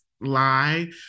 lie